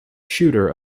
shooter